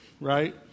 right